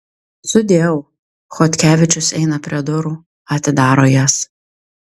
sudieu chodkevičius eina prie durų atidaro jas